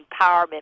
empowerment